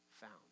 found